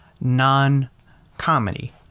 non-comedy